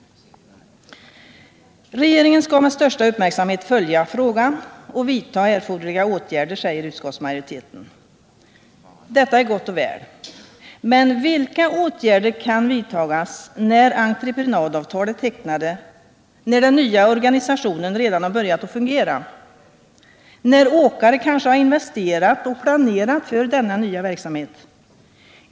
Regeringen skall med största uppmärksamhet följa frågan och vidta erforderliga åtgärder, säger utskottsmajoriteten. Detta är gott och väl. Men vilka åtgärder kan vidtas, när entreprenadavtal är tecknade, när den nya organisationen redan har börjat att fungera, när åkare kanske har investerat och planerat för denna nya verksamhet?